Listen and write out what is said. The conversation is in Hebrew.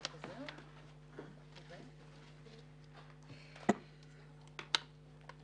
הישיבה ננעלה בשעה